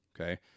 okay